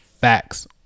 facts